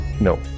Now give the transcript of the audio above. No